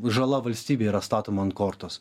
žala valstybei yra statoma ant kortos